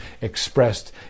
expressed